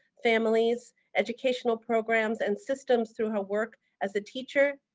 families, educational programs and systems through her work as a teacher,